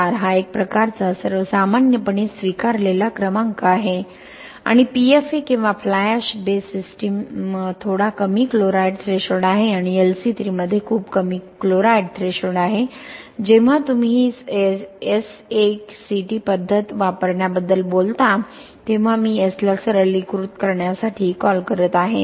4 हा एक प्रकारचा सर्वमान्यपणे स्वीकारलेला क्रमांक आहे आणि PFA किंवा फ्लाय ऍश बेस सिस्टीम थोडा कमी क्लोराईड थ्रेशोल्ड आहे आणि LC3 मध्ये खूप कमी क्लोराइड थ्रेशोल्ड आहे जेव्हा तुम्ही ही SACT पद्धत वापरण्याबद्दल बोलता तेव्हा मी S ला सरलीकृत करण्यासाठी कॉल करत आहे